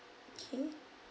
okay